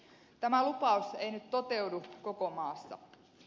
tämä lupaus ei nyt toteudu koko maassa